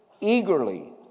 eagerly